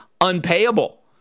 unpayable